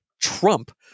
Trump